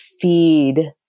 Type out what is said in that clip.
feed